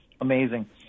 Amazing